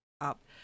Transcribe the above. up